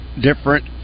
different